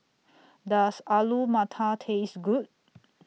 Does Alu Matar Taste Good